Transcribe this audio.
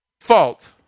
fault